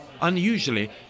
Unusually